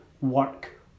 work